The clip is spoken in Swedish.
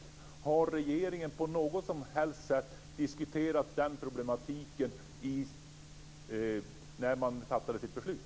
Har regeringen diskuterat det problemet på något som helst sätt när den fattade sitt beslut?